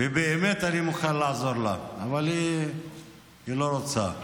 ובאמת אני מוכן לעזור לה, אבל היא לא רוצה.